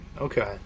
Okay